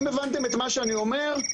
אם הבנתם את מה שאני אומר,